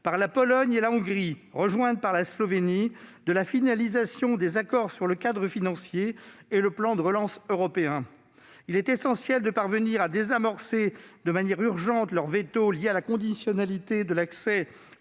par la Pologne et la Hongrie, rejointes par la Slovénie, de la finalisation des accords sur le cadre financier pluriannuel et le plan de relance européens. Il est essentiel et urgent de désamorcer leur veto, lié à la conditionnalité de l'accès